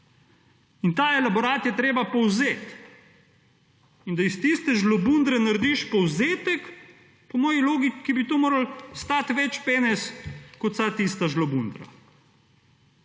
In ta elaborat je treba povzeti. In da iz tiste žlobundre narediš povzetek, po moji logiki bi to moralo stati več penez kot vsa tista žlobundra.